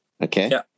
okay